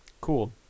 cool